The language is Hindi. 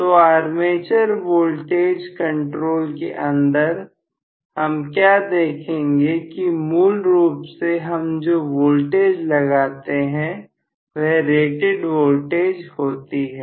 तो आर्मेचर वोल्टेज कंट्रोल के अंदर हम क्या देखेंगे कि मूल रूप से हम जो वोल्टेज लगाते हैं वह रेटेड वोल्टेज होती है